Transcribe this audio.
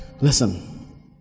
Listen